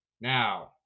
Now